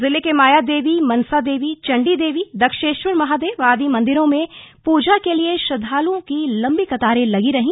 जिले के माया देवी मनसा देवी चंडी देवी दक्षेश्वर महादेव आदि मंदिरों में पूजा के लिए श्रद्धालुओं की लंबी कतारें लगी रही